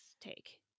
take